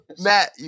Matt